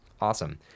Awesome